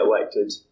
elected